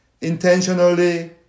intentionally